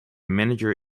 manager